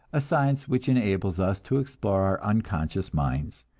a science which enables us to explore our unconscious minds,